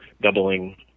doubling